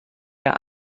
der